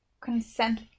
consent